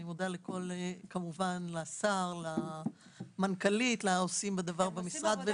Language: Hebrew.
מודה לשר, למנכ"לית, לעושים בדבר במשרד.